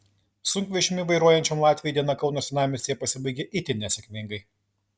sunkvežimį vairuojančiam latviui diena kauno senamiestyje pasibaigė itin nesėkmingai